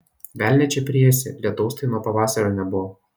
velnią čia priėsi lietaus tai nuo pavasario nebuvo